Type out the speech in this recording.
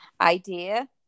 idea